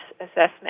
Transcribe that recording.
assessment